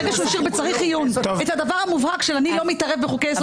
ברגע שהוא השאיר בצריך עיון את הדבר המובהק של אני לא מתערב בחוקי יסוד,